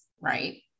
right